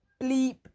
bleep